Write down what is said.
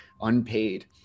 unpaid